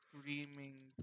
screaming